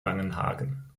langenhagen